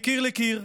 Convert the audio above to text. מקיר לקיר.